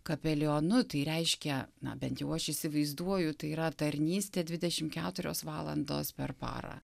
kapelionu tai reiškia na bent jau aš įsivaizduoju tai yra tarnystė dvidešim keturios valandos per parą